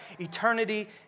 eternity